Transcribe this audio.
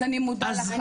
אז אני מודה לך.